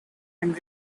and